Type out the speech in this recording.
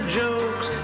jokes